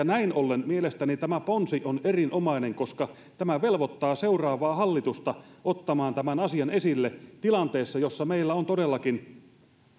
näin ollen mielestäni tämä ponsi on erinomainen koska tämä velvoittaa seuraavaa hallitusta ottamaan tämän asian esille tilanteessa jossa meillä on todellakin